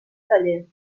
taller